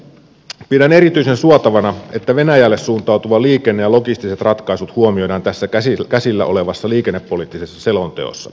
pidän erityisen suotavana että venäjälle suuntautuva liikenne ja logistiset ratkaisut huomioidaan tässä käsillä olevassa liikennepoliittisessa selonteossa